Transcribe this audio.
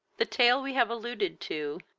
the tale we have alluded to,